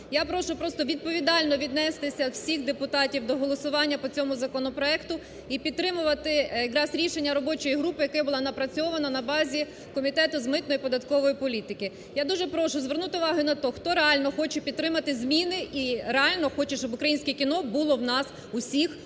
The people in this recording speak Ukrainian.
просто відповідально віднестися всіх депутатів до голосування по цьому законопроекту, і підтримувати якраз рішення робочої групи, яке було напрацьоване на базі Комітету з митної і податкової політики. Я дуже прошу звернути увагу на те, хто реально хоче підтримати зміни і реально хоче, щоб українське кіно було в нас усіх в Україні.